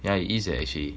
yeah it is actually